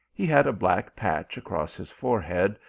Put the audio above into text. he had a black patch across his fore head,